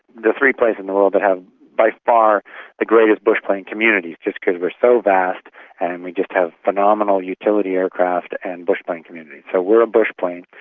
the three places in the world that have by far the greatest bush plane communities, just cos we're so vast and we just have phenomenal utility aircraft and bush plane communities. so we're a bush plane,